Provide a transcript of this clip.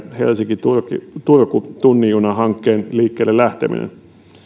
helsinki turku välin tunnin juna hankkeen liikkeelle lähteminen